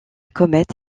comète